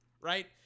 right